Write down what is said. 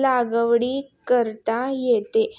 लागवड करता येते